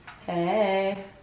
Hey